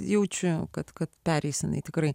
jaučiu kad kad pereis jinai tikrai